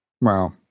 Wow